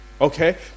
okay